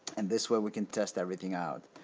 and this way we can test everything out.